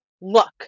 Look